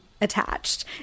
attached